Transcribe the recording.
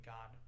God